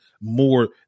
more